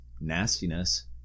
nastiness